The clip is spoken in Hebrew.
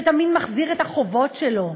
שתמיד מחזיר את החובות שלו,